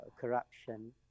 corruption